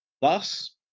Thus